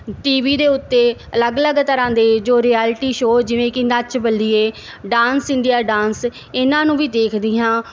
TV ਦੇ ਉੱਤੇ ਅਲੱਗ ਅਲੱਗ ਤਰ੍ਹਾਂ ਦੇ ਜੋ ਰਿਐਲਿਟੀ ਸ਼ੋ ਜਿਵੇਂ ਕਿ Nach Baliye dance India dance ਇਹਨਾਂ ਨੂੰ ਵੀ ਦੇਖਦੀ ਹਾਂ